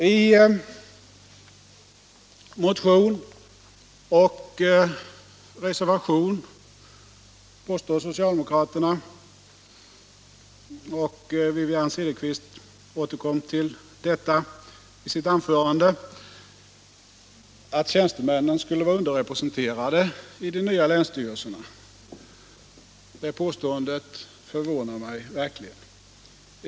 I motion och reservation påstår socialdemokraterna — och Wivi-Anne Cederqvist återkom till detta i sitt anförande — att tjänstemännen skulle vara underrepresenterade i de nya länsstyrelserna. Det påståendet förvånar mig verkligen.